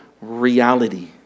reality